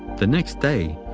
the next day,